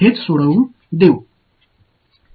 எனவே அதைத்தான் நாங்கள் உள்ளே விடுவோம்